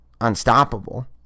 unstoppable